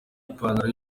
ipantalo